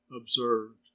observed